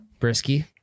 Brisky